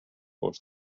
خورد